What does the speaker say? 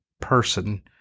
person